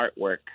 artwork